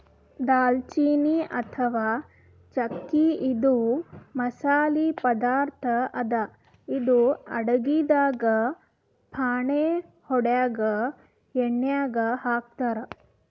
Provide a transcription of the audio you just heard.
ದಾಲ್ಚಿನ್ನಿ ಅಥವಾ ಚಕ್ಕಿ ಇದು ಮಸಾಲಿ ಪದಾರ್ಥ್ ಅದಾ ಇದು ಅಡಗಿದಾಗ್ ಫಾಣೆ ಹೊಡ್ಯಾಗ್ ಎಣ್ಯಾಗ್ ಹಾಕ್ತಾರ್